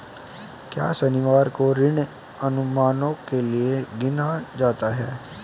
क्या शनिवार को ऋण अनुमानों के लिए गिना जाता है?